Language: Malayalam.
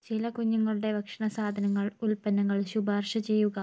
ചില കുഞ്ഞുങ്ങളുടെ ഭക്ഷണ സാധനങ്ങൾ ഉൽപന്നങ്ങൾ ശുപാർശ ചെയ്യുക